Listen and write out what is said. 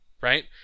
right